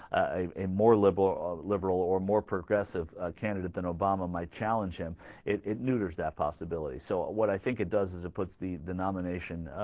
a more liberal a liberal or more progressive a candidate than obama might challenge him it it new there's that possibility so or what i think it does it puts the the nomination